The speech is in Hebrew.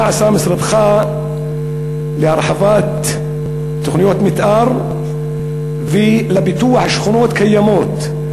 מה עשה משרדך להרחבת תוכניות מתאר ולפיתוח שכונות קיימות?